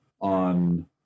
on